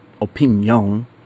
Opinion